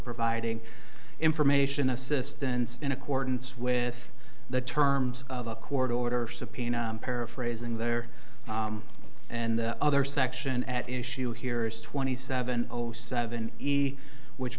providing information assistance in accordance with the terms of a court order subpoena paraphrasing there and other section at issue here is twenty seven zero seven which